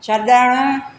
छड॒णु